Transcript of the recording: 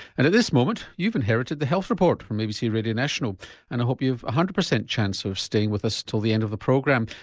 and at this moment you've inherited the health report from abc radio national and i hope you've one hundred percent chance of staying with us till the end of the program.